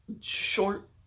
short